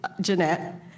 Jeanette